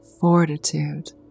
Fortitude